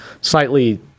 slightly